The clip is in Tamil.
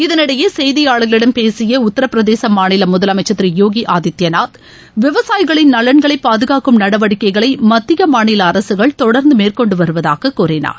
இதனினடயே செய்தியாளர்களிடம் பேசிய உத்தரப் பிரதேச மாநில முதலமைச்சர் திரு யோகி ஆதித்தியநாத் விவசாயிகளின் நலன்களை பாதுகாக்கும் நடவடிக்கைகளை மத்திய மாநில அரசுகள் தொடர்ந்து மேற்கொண்டு வருவதாகக் கூறினார்